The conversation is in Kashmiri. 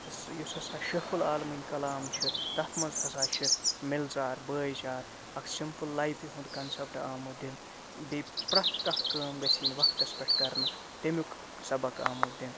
تہٕ سُہ یُس ہسا شیخ العالمٕنۍ کلام چھِ تَتھ منٛز ہسا چھِ مِلژار بٲے چار اَکھ سِمپٕل لایفہِ ہُنٛد کَنٛسٮ۪پٹ آمُت دِنہٕ بیٚیہِ پرٛٮ۪تھ کانٛہہ کٲم گژھِ یِن وقتَس پٮ۪ٹھ کرنہٕ تَمیُک سبق آمُت دِنہٕ